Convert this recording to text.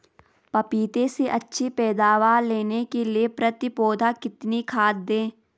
पपीते से अच्छी पैदावार लेने के लिए प्रति पौधा कितनी खाद दें?